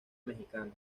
mexicano